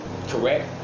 correct